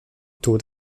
tot